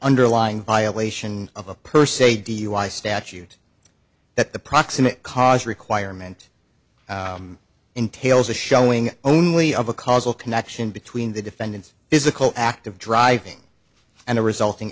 underlying violation of a purse a dui statute that the proximate cause requirement entails the showing only of a causal connection between the defendant's physical act of driving and the resulting